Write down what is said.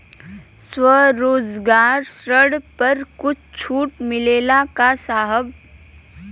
स्वरोजगार ऋण पर कुछ छूट मिलेला का साहब?